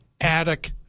attic